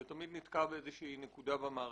זה תמיד נתקע באיזו שהיא נקודה במערכת.